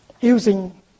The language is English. using